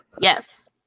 Yes